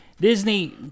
Disney